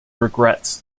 regrets